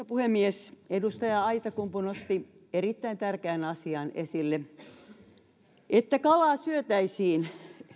puhemies edustaja aittakumpu otti erittäin tärkeän asian esille sen että kalaa syötäisiin